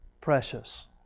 precious